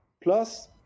plus